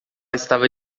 estava